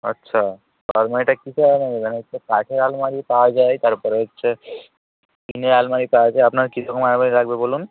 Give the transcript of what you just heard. আচ্ছা আলমারিটা নেবেন কাঠের আলমারি পাওয়া যায় তারপরে হচ্ছে টিনের আলমারি পাওয়া যায় আপনার কী রকম আলমারি লাগবে বলুন